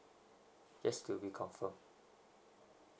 just to reconfirm